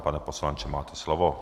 Pane poslanče, máte slovo.